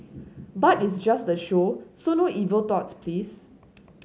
but it's just a show so no evil thoughts please